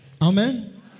Amen